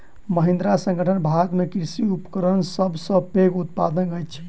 महिंद्रा संगठन भारत में कृषि उपकरणक सब सॅ पैघ उत्पादक अछि